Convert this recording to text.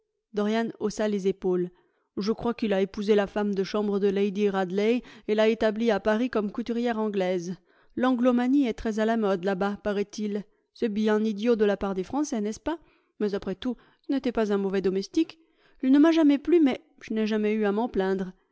dorian haussa les épaules je crois qu'il a épousé la femme de chambre de lady radley et l'a établie à paris comme couturière anglaise l'anglomanie est très à la mode là-bas paraît il c'est bien idiot de la part des français n'est-ce pas mais après tout ce n'était pas un mauvais domestique il ne m'a jamais plu mais je n'ai jamais eu à m'en plaindre